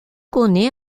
connaît